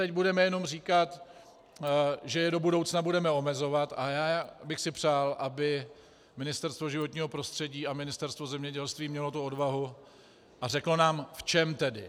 My jim teď budeme jenom říkat, že je do budoucna budeme omezovat, a já bych si přál, aby Ministerstvo životního prostředí a Ministerstvo zemědělství mělo tu odvahu a řeklo nám, v čem tedy.